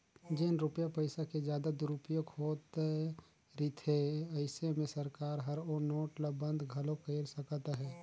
जेन रूपिया पइसा के जादा दुरूपयोग होत रिथे अइसे में सरकार हर ओ नोट ल बंद घलो कइर सकत अहे